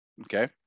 Okay